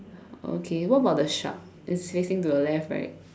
okay what about the shark it's facing to the left right